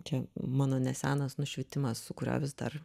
čia mano nesenas nušvitimas su kuriuo vis dar